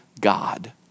God